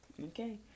Okay